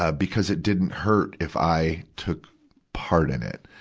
ah because it didn't hurt if i took part in it.